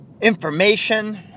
information